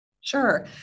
sure